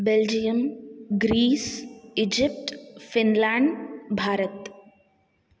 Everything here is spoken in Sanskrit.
Belgium Greece Egypt Finland Bharat